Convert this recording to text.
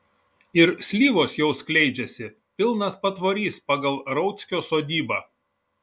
ir slyvos jau skleidžiasi pilnas patvorys pagal rauckio sodybą